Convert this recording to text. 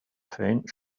faint